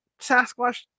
Sasquatch